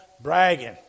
bragging